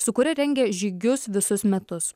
su kuria rengia žygius visus metus